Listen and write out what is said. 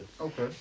Okay